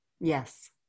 Yes